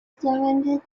surrounded